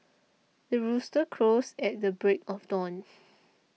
the rooster crows at the break of dawn